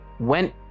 went